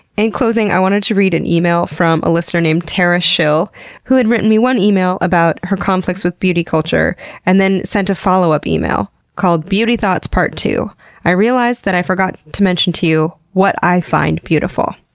in closing i wanted to read an email from a listener named tara schuyl who had written me one email about her conflicts with beauty culture and then sent a follow-up email called beauty thoughts, part two i realized that i forgot to mention to you what i find beautiful.